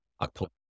October